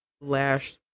lash